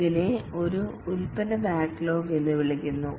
ഇതിനെ ഒരു ഉൽപ്പന്ന ബാക്ക്ലോഗ് എന്ന് വിളിക്കുന്നു